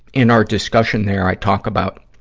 in our discussion there i talk about,